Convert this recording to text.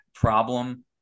problem